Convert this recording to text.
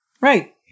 Right